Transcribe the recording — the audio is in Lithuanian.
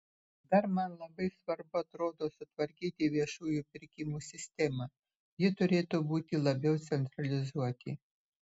dar man labai svarbu atrodo sutvarkyti viešųjų pirkimų sistemą ji turėtų būti labiau centralizuoti